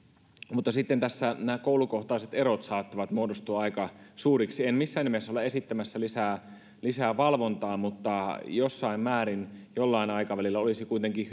mutta sitten tässä koulukohtaiset erot saattavat muodostua aika suuriksi en missään nimessä ole esittämässä lisää lisää valvontaa mutta jossain määrin ja jollain aikavälillä olisi kuitenkin